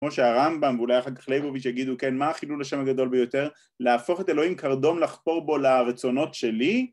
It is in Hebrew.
כמו שהרמב״ם ואולי אחר כך ליבוביץ' יגידו כן מה החילול השם הגדול ביותר, להפוך את אלוהים קרדום לחפור בו לרצונות שלי